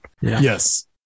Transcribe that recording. Yes